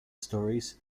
stories